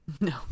No